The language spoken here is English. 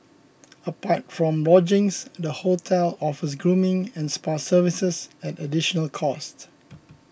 apart from lodgings the hotel offers grooming and spa services at additional cost